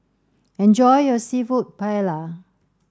enjoy your Seafood Paella